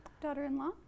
daughter-in-law